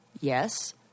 Yes